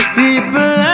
people